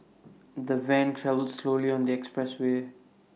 the van travelled slowly on the expressway